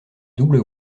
double